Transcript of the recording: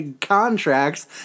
contracts